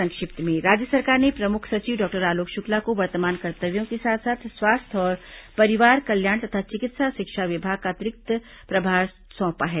संक्षिप्त समाचार राज्य सरकार ने प्रमुख सचिव डॉक्टर आलोक शुक्ला को वर्तमान कर्तव्यों के साथ साथ स्वास्थ्य और परिवार कल्याण तथा चिकित्सा शिक्षा विभाग का अतिरिक्त प्रभार सौंपा है